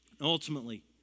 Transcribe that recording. Ultimately